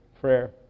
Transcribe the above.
prayer